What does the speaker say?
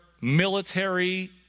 military